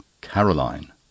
Caroline